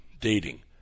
dating